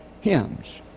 hymns